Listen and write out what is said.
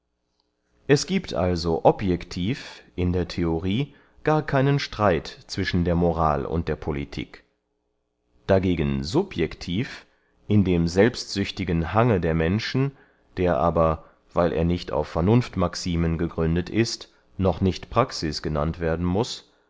es giebt also objectiv in der theorie gar keinen streit zwischen der moral und der politik dagegen subjectiv in dem selbstsüchtigen hange der menschen der aber weil er nicht auf vernunftmaximen gegründet ist noch nicht praxis genannt werden muß